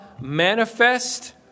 manifest